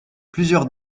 plusieurs